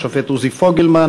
השופט עוזי פוגלמן,